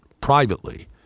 privately